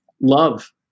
love